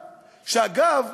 שאגב,